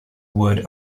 would